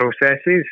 processes